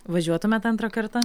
važiuotumėt antrą kartą